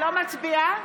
נגד צחי הנגבי,